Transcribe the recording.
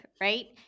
right